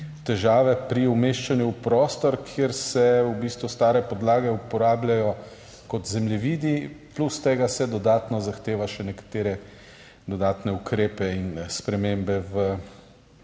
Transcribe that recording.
težave pri umeščanju v prostor, kjer se v bistvu stare podlage uporabljajo kot zemljevidi, plus tega se dodatno zahteva še nekatere dodatne ukrepe in spremembe v